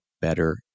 better